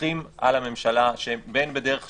מפקחים על הממשלה, בין בדרך שיפוטית,